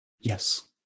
Yes